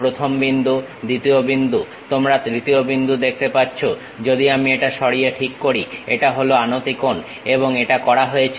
প্রথম বিন্দু দ্বিতীয় বিন্দু তোমরা তৃতীয় বিন্দু দেখতে পাচ্ছ যদি আমি এটা সরিয়ে ঠিক করি এটা হল আনতি কোণ এবং এটা করা হয়েছে